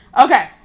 okay